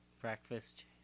breakfast